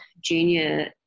junior